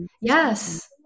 yes